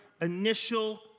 initial